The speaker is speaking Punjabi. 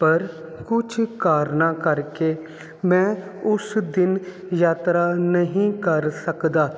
ਪਰ ਕੁਝ ਕਾਰਨਾਂ ਕਰਕੇ ਮੈਂ ਉਸ ਦਿਨ ਯਾਤਰਾ ਨਹੀਂ ਕਰ ਸਕਦਾ